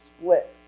split